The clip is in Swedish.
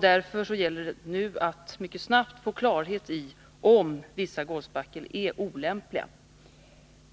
Därför gäller det nu att mycket snart få klarhet i om vissa golvspackel är olämpliga.